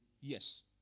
Yes